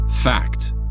Fact